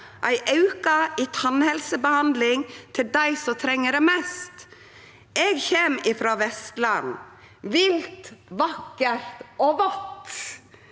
ein auke i tannhelsebehandling til dei som treng det mest. Eg kjem frå Vestland – vilt, vakkert og vått.